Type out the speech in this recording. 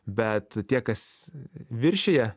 bet tie kas viršija